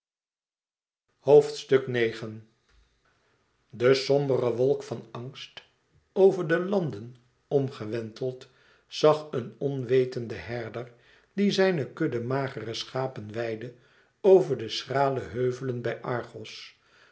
de sombere wolk van angst over de landen omme gewenteld zag een onwetende herder die zijne kudde magere schapen weidde over de schrale heuvelen bij argos